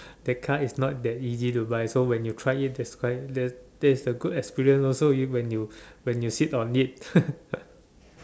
that car is not that easy to buy so when you try it that's why that is a good experience also when you when you sit on it